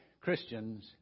Christians